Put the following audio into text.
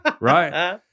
Right